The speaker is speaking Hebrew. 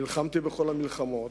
נלחמתי בכל המלחמות.